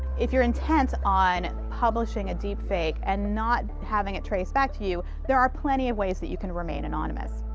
if you're intent on publishing a deepfake and not having it traced back to you, there are plenty of ways that you can remain anonymous.